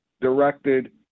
directed